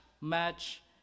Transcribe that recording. match